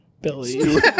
Billy